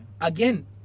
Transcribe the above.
Again